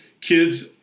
kids